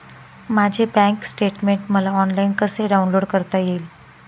माझे bank statement मला online कसे डाउनलोड करता येईल?